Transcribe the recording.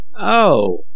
Oh